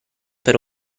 per